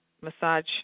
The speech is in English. massage